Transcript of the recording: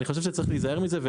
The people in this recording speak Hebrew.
אני חושב שצריך להיזהר מזה.